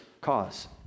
cause